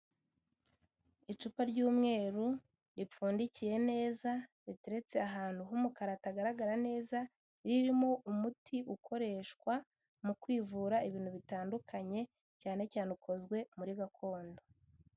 Icupa ry'umweru ripfundikiye neza, riteretse ahantu h'umukara hatagaragara neza, ririmo umuti ukoreshwa mu kwivura ibintu bitandukanye, cyane cyane ukozwe muri gakondo.